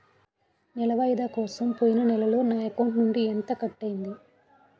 నెల వాయిదా కోసం పోయిన నెలలో నా అకౌంట్ నుండి ఎంత కట్ అయ్యింది?